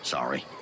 Sorry